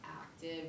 active